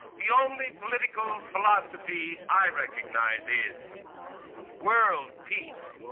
the only political philosophy i recognize is world peace.